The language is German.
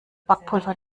backpulver